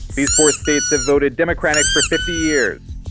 these four states have voted democratic for fifty years.